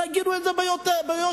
תגידו את זה ביושר.